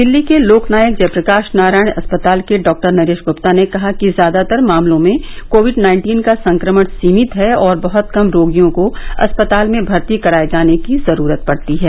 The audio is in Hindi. दिल्ली के लोकनायक जयप्रकाश नारायण अस्पताल के डॉ नरेश गुप्ता ने कहा कि ज्यादातर मामलों में कोविड नाइन्टीन का संक्रमण सीमित है और बहत कम रोगियों को अस्पताल में भर्ती कराए जाने की जरूरत पडती है